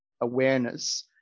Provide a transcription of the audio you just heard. awareness